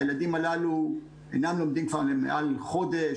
הילדים הללו אינם לומדים כבר מעל חודש,